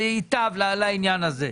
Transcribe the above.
ייטב לעניין הזה.